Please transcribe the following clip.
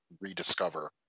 rediscover